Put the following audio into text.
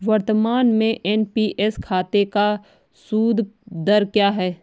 वर्तमान में एन.पी.एस खाते का सूद दर क्या है?